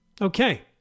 Okay